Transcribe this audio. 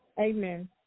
Amen